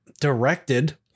directed